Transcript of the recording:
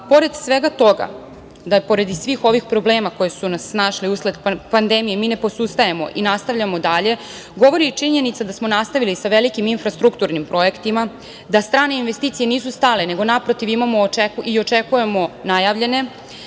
pored svega toga, da i pored svih ovih problema koji su nas snašli usled pandemije da mi ne posustajemo i nastavljamo dalje govori i činjenica da smo nastavili sa velikim infrastrukturnim projektima, da strane investicije nisu stane, nego naprotiv imamo i očekujemo najavljene